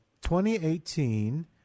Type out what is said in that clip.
2018